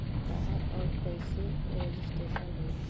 कहवा और कईसे रजिटेशन होई?